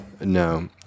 No